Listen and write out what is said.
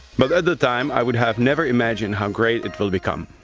but at that time i would have never imagined how great it will become.